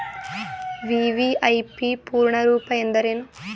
VVIP ಪೂರ್ಣ ರೂಪ ಎಂದರೇನು?